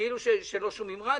כאילו שלא שומעים רדיו,